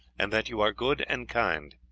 and that you are good and kind.